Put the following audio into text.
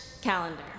calendar